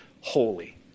holy